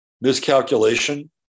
miscalculation